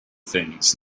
things